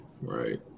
Right